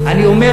אין